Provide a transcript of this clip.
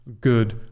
good